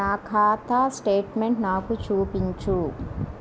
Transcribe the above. నా ఖాతా స్టేట్మెంట్ను నాకు చూపించు